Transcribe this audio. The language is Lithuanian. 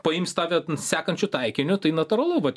paims tave sekančiu taikiniu tai natūralu vat